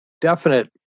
definite